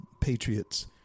patriots